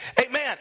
Amen